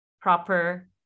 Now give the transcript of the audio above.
proper